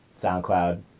SoundCloud